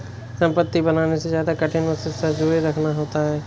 संपत्ति बनाने से ज्यादा कठिन उसे संजोए रखना होता है